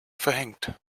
verhängt